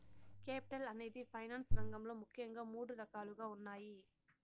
capital అనేది finance రంగంలో ముఖ్యంగా మూడు రకాలుగా ఉన్నాయి